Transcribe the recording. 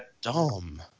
dumb